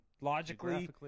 logically –